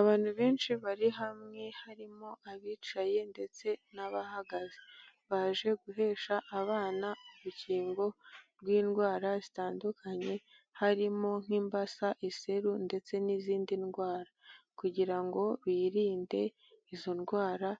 Abantu benshi bari hamwe harimo abicaye ndetse n'abahagaze. Baje guhesha abana urukingo rw'indwara zitandukanye harimo; nk'imbasa, iseru ndetse n'izindi ndwara, kugira ngo birinde izo ndwara